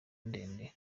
ndende